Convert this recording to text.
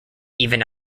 even